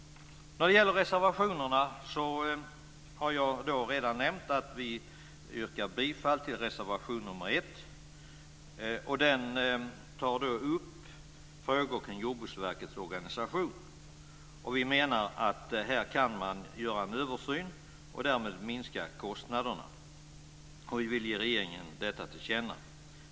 När det gäller reservationerna yrkar jag alltså bifall till reservation nr 1. Där tar vi moderater upp frågor kring Jordbruksverkets organisation. Vi menar att här kan man göra en översyn och därmed minska kostnaderna. Vi vill ge regeringen detta till känna.